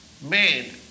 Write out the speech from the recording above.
made